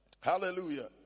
Hallelujah